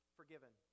forgiven